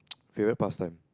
favourite pastime